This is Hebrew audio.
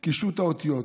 קישוט האותיות.